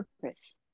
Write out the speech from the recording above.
purpose